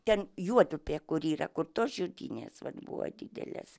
ten juodupė kur yra kur tos žudynės vat buvo didelės